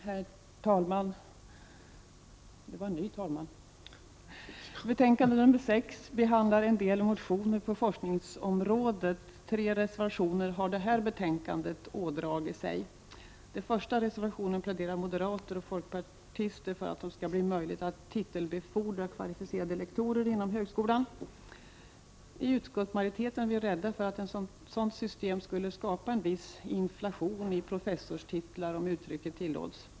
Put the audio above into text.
Herr talman! Betänkande 6 behandlar en del motioner på forskningens område. Tre reservationer har detta betänkande ådragit sig. I den första reservationen pläderar moderater och folkpartister för att det skall bli möjligt att titelbefordra kvalificerade lektorer inom högskolan. I utskottsmajoriteten är vi rädda för att ett sådant system skulle skapa en viss inflation i professorstitlar, om uttrycket tillåts.